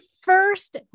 first